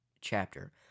chapter